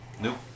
Nope